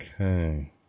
Okay